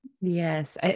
Yes